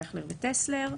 אייכלר וטסלר.